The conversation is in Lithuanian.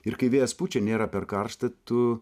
ir kai vėjas pučia nėra per karšta tu